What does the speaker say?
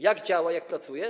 Jak działa, jak pracuje?